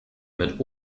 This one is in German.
mit